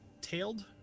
tailed